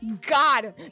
God